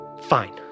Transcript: fine